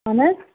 آہن حظ